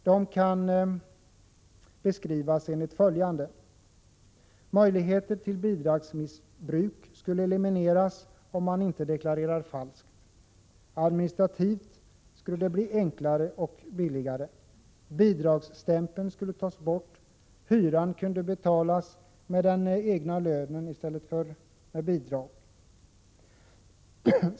De kan i korthet beskrivas enligt följande: —- Möjligheter till bidragsmissbruk skulle elimineras om man inte deklarerar falskt. — Administrativt skulle det bli enklare och billigare. — Bidragsstämpeln skulle tas bort — hyran kunde betalas med den egna lönen i stället för med bidrag.